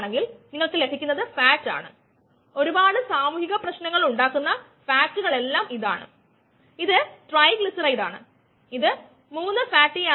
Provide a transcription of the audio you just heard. അതിനാൽ നമുക്ക് E എന്നത് Et യുടെയും എൻസൈം സബ്സ്ട്രേറ്റ് കോംപ്ലക്സ്ന്റെയും വാക്യത്തിൽ എഴുതാം എൻസൈമിലെ മാസ് ബാലൻസിലൂടെയാണ് നമ്മൾ ഇതിലേക്ക് എത്തിചേർന്നത്